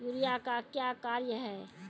Urea का क्या कार्य हैं?